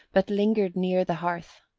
but lingered near the hearth.